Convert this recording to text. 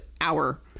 hour